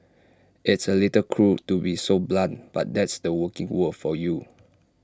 it's A little cruel to be so blunt but that's the working world for you